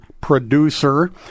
producer